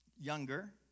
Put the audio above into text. younger